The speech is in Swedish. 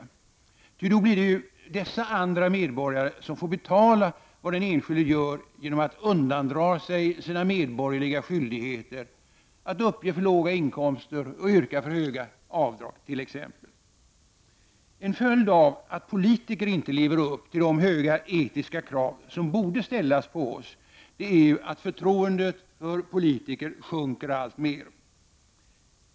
Ty det blir ju dessa andra medborgare som får betala vad den enskilde gör genom att undandra sig sina medborgerliga skyldigheter, uppge för låga inkomster eller t.ex. yrka för höga avdrag. En följd av att politiker inte lever upp till de höga etiska krav som borde ställas på dem är att förtroendet för politiker sjunker alltmer.